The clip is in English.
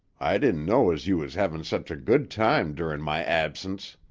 i didn't know as you was hevin' such a good time durin' my absence.